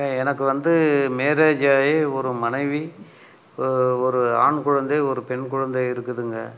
எனக்கு வந்து மேரேஜ் ஆகி ஒரு மனைவி ஒரு ஆண் குழந்தை ஒரு பெண் குழந்தை இருக்குதுங்க